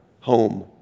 home